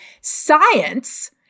Science